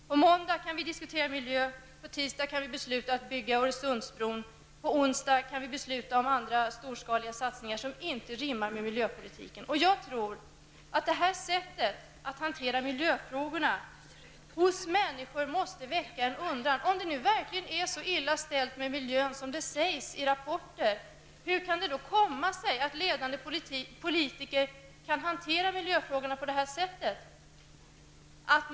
På måndagen kan vi diskutera miljö, på tisdagen besluta att bygga Öresundsbron och på onsdagen besluta om andra storskaliga satsningar som inte rimmar med miljöpolitiken. Jag tror att detta sätt att hantera miljöfrågorna måste väcka en undran hos människor. Om det nu verkligen är så illa ställt med miljön som det sägs i rapporter, hur kan det då komma sig att ledande politiker kan hantera miljöfrågor på detta sätt?